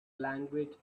language